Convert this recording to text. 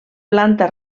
planta